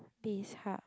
Bizhub